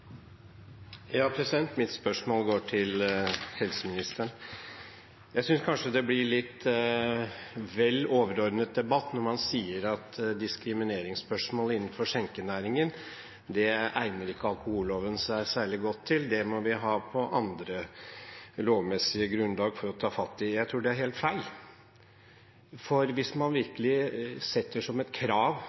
Mitt spørsmål går til helseministeren. Jeg synes det kanskje blir en litt vel overordnet debatt når man sier at diskrimineringsspørsmål innenfor skjenkenæringen egner ikke alkoholloven seg særlig godt til, det må vi ha andre lovmessige grunnlag for å ta fatt i. Jeg tror det er helt feil. Hvis man virkelig setter som et krav – for det